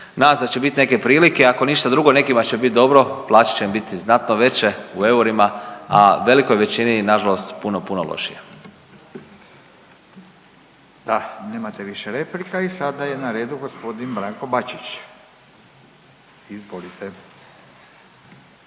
se da će biti neke prilike, ako ništa drugo nekima će biti dobro, plaće će im biti znatno veće u eurima, a velikoj većini nažalost puno, puno lošije. **Radin, Furio (Nezavisni)** Nemate više replika i sada je na redu gospodin Branko Bačić. Izvolite.